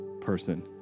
person